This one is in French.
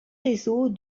réseaux